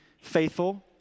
faithful